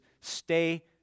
stay